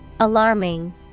Alarming